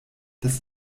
das